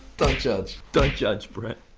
don't judge. don't judge, brett.